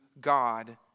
God